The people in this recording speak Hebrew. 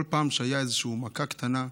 כל פעם שהייתה מכה קטנה,